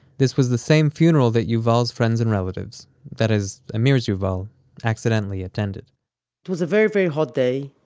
this was the same funeral that yuval's friends and relatives that is, amir's yuval accidentally attended it was a very, very hot day.